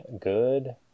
Good